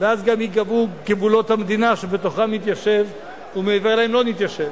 ואז גם ייקבעו גבולות המדינה שבתוכם נתיישב ומעבר אליהם לא נתיישב.